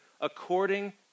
according